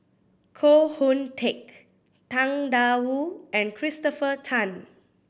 Koh Hoon Teck Tang Da Wu and Christopher Tan